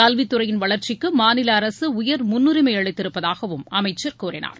கல்வித்துறையின் வளர்ச்சிக்கு மாநில அரசு உயர் முன்னுரிமை அளித்திருப்பதாகவும் அமைச்சர் கூறினார்